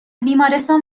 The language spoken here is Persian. بیمارستان